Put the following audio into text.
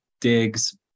Digs